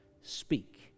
Speak